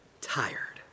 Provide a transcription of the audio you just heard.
tired